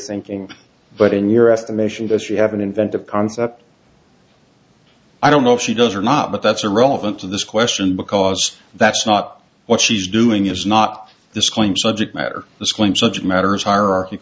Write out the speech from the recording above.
sinking but in your estimation does she have an inventive concept i don't know if she does or not but that's irrelevant to this question because that's not what she's doing is not this claim subject matter this claim such matters hierarch